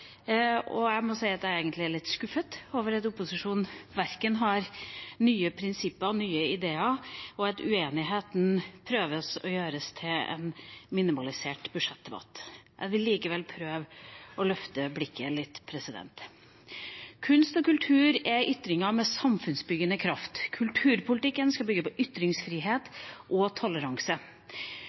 og jeg må si at jeg egentlig er litt skuffet over at opposisjonen verken har nye prinsipper eller nye ideer, og at man prøver å gjøre uenigheten om til en minimalisert budsjettdebatt. Jeg vil likevel prøve å løfte blikket litt. Kunst og kultur er ytringer med samfunnsbyggende kraft. Kulturpolitikken skal bygge på ytringsfrihet og toleranse.